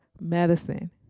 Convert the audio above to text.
medicine